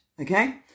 okay